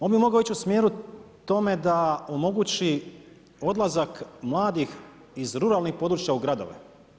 On bi mogao ići u smjeru tome da omogući odlazak mladih iz ruralnih područja u gradove.